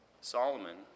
Solomon